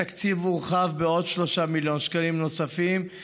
התקציב הורחב בעוד 3 מיליון שקלים במסגרת